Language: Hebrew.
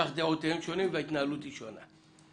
כך דעותיהם שונות וההתנהלות היא שונה.